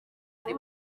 ari